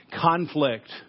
conflict